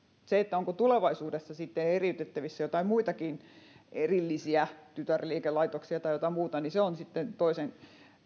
se onko tulevaisuudessa eriytettävissä joitain muitakin erillisiä tytärliikelaitoksia tai jotain muuta on sitten toisen